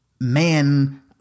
man